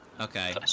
okay